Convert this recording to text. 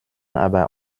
aber